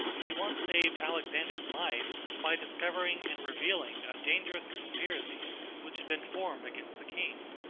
he once saved alexander's life by discovering and revealing a dangerous conspiracy which had been formed against the king.